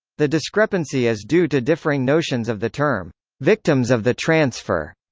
the discrepancy is due to differing notions of the term victims of the transfer.